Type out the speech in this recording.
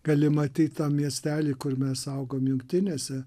gali matyt tą miestelį kur mes augom jungtinėse